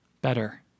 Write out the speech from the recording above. better